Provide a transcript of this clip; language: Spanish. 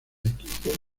equipo